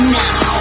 now